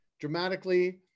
dramatically